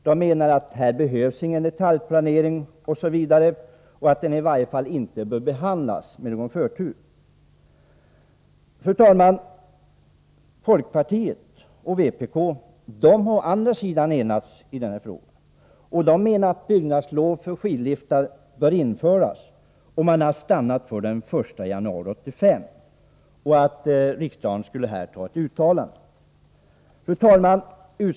De menar att det inte behövs någon detaljplanering och tycker att frågan i varje fall inte bör behandlas med förtur. Fru talman! Vpk och folkpartiet har å sin sida enats i denna fråga. De menar att byggnadslov för skidliftar bör införas. De har stannat för att riksdagen bör uttala sig för att byggnadslov för skidliftar införs den 1 januari 1985. Fru talman!